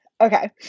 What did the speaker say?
Okay